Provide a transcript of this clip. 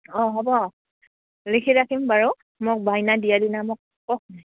অঁ হ'ব লিখি ৰাখিম বাৰু মোক বায়না দিয়াৰ দিনা মোক কওক